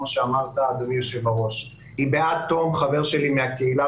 כמו שאמר היושב-ראש היא בעד תום חברי מהקהילה